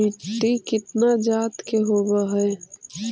मिट्टी कितना जात के होब हय?